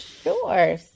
sure